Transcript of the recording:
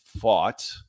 fought